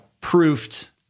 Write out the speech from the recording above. proofed